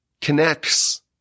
connects